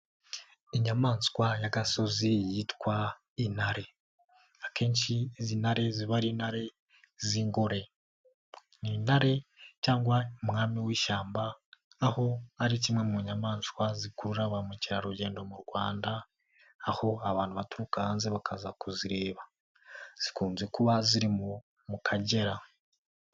Inyamaswa y'gasozi yitwa intare, akenshi izi ntare ziba ari intare z'ingore. Ni intare cyangwa umwami w'ishyamba, aho ari kimwe mu nyamaswa zikurura ba mukerarugendo mu Rwanda, aho abantu baturuka hanze bakaza kuzireba, zikunze kuba ziri mu mu Kagera.